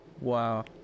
wow